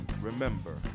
Remember